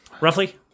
roughly